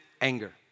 anger